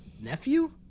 nephew